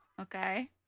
okay